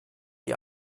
die